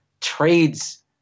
trades